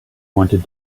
wanted